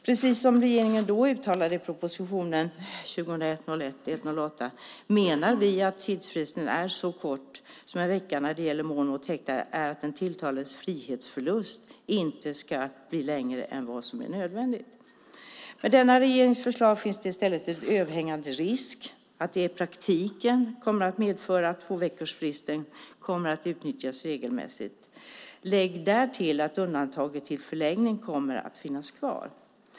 Precis som regeringen uttalade i proposition 2000/01:108 menar vi att tidsfristen är så kort som en vecka när det gäller mål mot häktade för att den tilltalades frihetsförlust inte ska bli längre än nödvändigt. Med nuvarande regerings förslag finns en överhängande risk att det i praktiken medför att tvåveckorsfristen kommer att utnyttjas regelmässigt. Lägg därtill att undantaget i förlängningen kommer att finnas kvar.